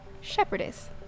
shepherdess